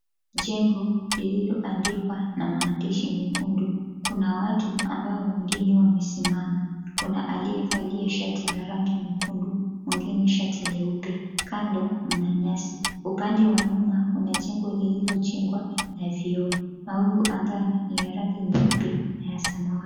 Jengo lililoandikwa na maandishi mekundu, kuna watu ambao wengine wamesimama, kuna aliyevalia shati la rangi nyekundu mwingine shati leupe. Kando kuna nyasi, upande wa nyuma kuna jengo lililojengwa na vioo. Mawingu angani ni ya rangi nyeupe na ya samawati.